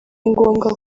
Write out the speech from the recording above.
ngombwa